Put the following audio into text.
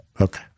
Okay